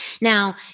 now